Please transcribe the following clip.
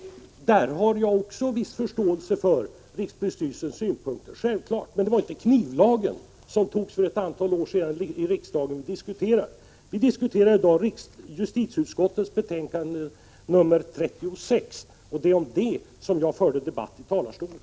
På den punkten har jag självfallet förståelse för rikspolisstyrelsens synpunkter, men det var inte knivlagen, som antogs av riksdagen för ett antal år sedan, som vi diskuterade. Vi diskuterar i dag justitieutskottets betänkande nr 36, och det var om detta som jag förde debatt i talarstolen.